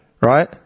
Right